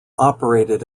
operated